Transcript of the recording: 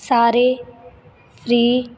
ਸਾਰੇ ਫ੍ਰੀ